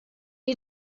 ihr